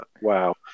Wow